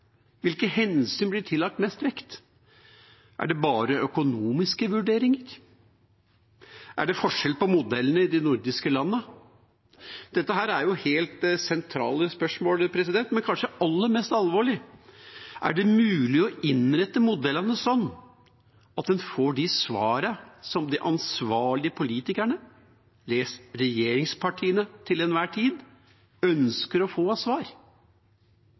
Hvilke hensyn blir tillagt mest vekt? Er det bare økonomiske vurderinger? Er det forskjell på modellene i de nordiske landene? Dette er helt sentrale spørsmål. Men det kanskje aller mest alvorlige er om det er mulig å innrette modellene slik at man får de svarene som de ansvarlige politikerne, les: regjeringspartiene, til enhver tid ønsker å få? Altså: Som man roper i skogen, får man svar.